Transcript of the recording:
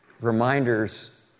reminders